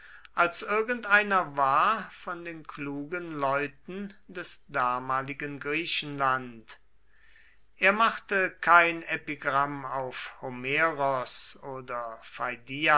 als irgendeiner war von den klugen leuten des damaligen griechenland er machte kein epigramm auf homeros oder